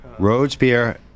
RhodesPierre